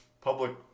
public